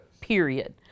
Period